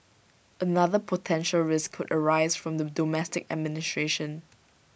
another potential risk could arise from the domestic administration